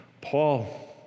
Paul